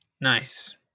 Nice